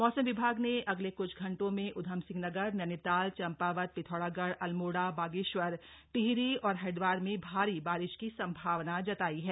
मौसम विभाग ने अगले कुछ घंटों में उधमसिंह नगर नैनीताल चंपावत पिथौरागढ़ अल्मोड़ा बागेश्वर टिहरी और हरिदवार में भारी बारिश की संभावना जताई है